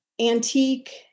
antique